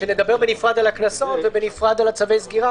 נדבר בנפרד על הקנסות ובנפרד על צווי הסגירה,